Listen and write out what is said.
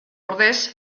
ordez